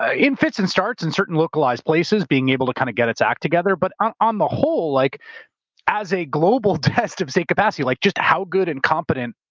ah in fits and starts and certain localized places being able to kind of get its act together. but on on the whole, like as a global test of state capacity, like just how good and competent,